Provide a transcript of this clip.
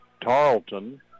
Tarleton